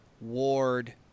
Ward